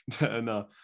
No